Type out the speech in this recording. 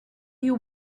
you